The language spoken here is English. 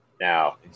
now